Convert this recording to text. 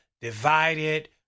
divided